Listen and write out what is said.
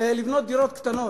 לבנות דירות קטנות.